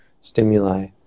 stimuli